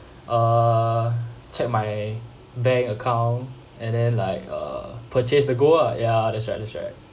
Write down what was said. uh check my bank account and then like uh purchase the gold ah ya that's right that's right